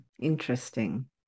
interesting